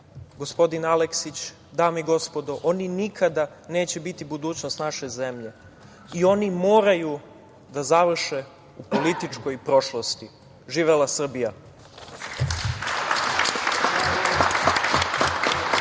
gospodin Aleksić, dame i gospodo, oni nikada neće biti budućnost naše zemlje i oni moraju da završe u političkoj prošlosti. Živela Srbija!